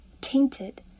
tainted